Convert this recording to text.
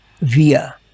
via